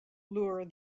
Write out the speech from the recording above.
lure